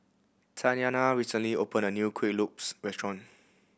Tatyanna recently opened a new Kueh Lopes restaurant